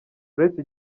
uretse